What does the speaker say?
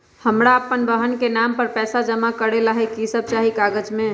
हमरा अपन बहन के नाम पर पैसा जमा करे ला कि सब चाहि कागज मे?